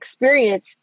experience